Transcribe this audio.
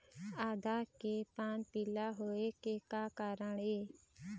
आदा के पान पिला होय के का कारण ये?